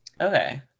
Okay